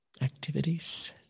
activities